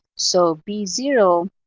so b zero